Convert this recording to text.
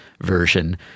version